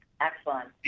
Excellent